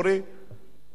גם על זה צריך לחשוב.